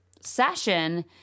session